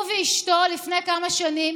הוא ואשתו לפני כמה שנים